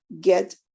get